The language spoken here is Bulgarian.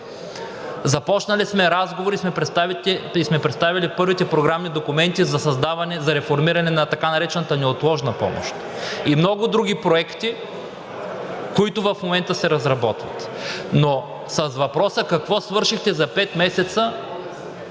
Започнали сме разговори и сме представили първите програмни документи за създаване, за реформиране на така наречената неотложна помощ и много други проекти, които в момента се разработват. С въпроса обаче, какво свършихте за пет месеца,